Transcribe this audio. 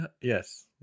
Yes